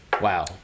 wow